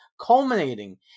culminating